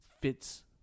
fits